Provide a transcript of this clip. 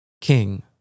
King